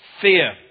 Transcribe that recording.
fear